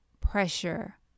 pressure